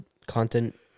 Content